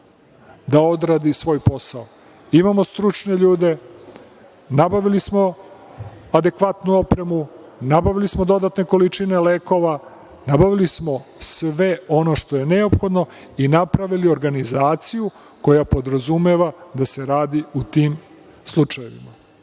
da odradi svoj posao. Imamo stručne ljude, nabavili smo adekvatnu opremu, nabavili smo dodatne količine lekova, nabavili smo sve ono što je neophodno i napravili organizaciju koja podrazumeva da se radi u tim slučajevima.